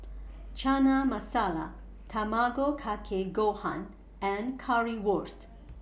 Chana Masala Tamago Kake Gohan and Currywurst